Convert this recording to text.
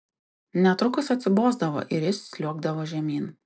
netrukus atsibosdavo ir jis sliuogdavo žemyn